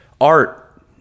art